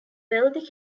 wealthy